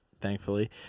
thankfully